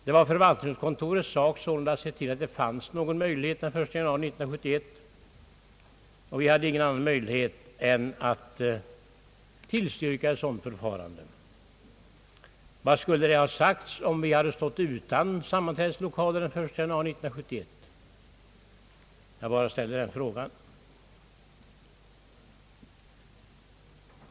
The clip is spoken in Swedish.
Det är förvaltningskontorets sak att se till att det finns en lokal för riksdagen den 1 januari 1971, och vi hade ingen annan möjlighet än att tillstyrka ett sådant förfarande. Vad skulle det ha sagts, om vi stått utan sammanträdeslokal den 1 januari 1971? Jag bara ställer den frågan.